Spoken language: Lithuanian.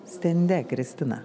stende kristina